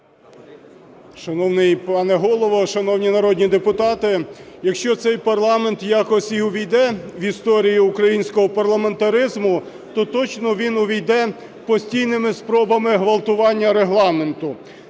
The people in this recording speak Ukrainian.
Шановний пане Голово, шановні народні депутати, якщо цей парламент якось і увійде в історію українського парламентаризму, то точно він увійде постійними спробами ґвалтування Регламенту.